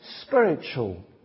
spiritual